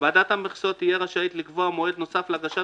ועדת המכסות תהיה רשאית לקבוע מועד נוסף להגשת